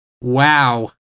Wow